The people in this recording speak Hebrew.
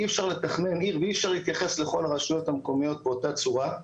אי אפשר לתכנן עיר ואי אפשר להתייחס לכל הרשויות המקומיות באותה צורה.